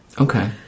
Okay